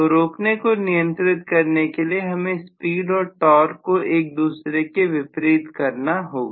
तो रोकने को नियंत्रित करने के लिए हमें स्पीड और टॉर्क को एक दूसरे के विपरीत करना होगा